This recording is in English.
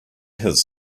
his